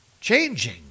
changing